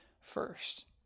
first